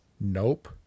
Nope